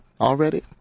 already